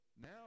now